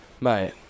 Mate